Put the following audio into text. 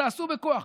תעשו בכוח.